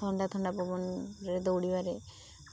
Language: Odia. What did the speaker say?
ଥଣ୍ଡା ଥଣ୍ଡା ପବନରେ ଦୌଡ଼ିବାରେ